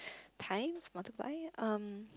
times multiply um